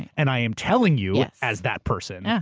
and i am telling you, as that person, yeah